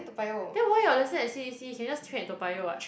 then why your lesson at c_d_c can just train at Toa-Payoh what